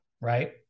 right